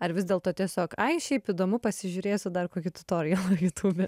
ar vis dėlto tiesiog ai šiaip įdomu pasižiūrėsiu dar kokį tutorialą jutube